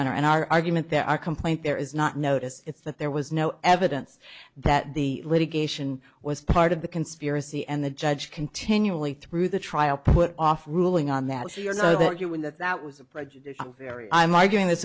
honor and our argument there are complaint there is not notice it's that there was no evidence that the litigation was part of the conspiracy and the judge continually through the trial put off ruling on that you know that you win that that was a prejudicial very i'm i going t